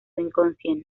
inconsciente